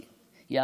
שלך?